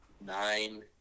Nine